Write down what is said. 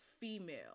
female